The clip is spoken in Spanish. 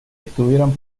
estuvieron